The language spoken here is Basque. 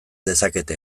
dezakete